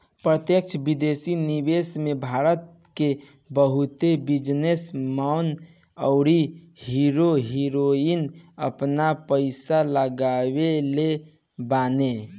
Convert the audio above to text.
प्रत्यक्ष विदेशी निवेश में भारत के बहुते बिजनेस मैन अउरी हीरो हीरोइन आपन पईसा लगवले बाने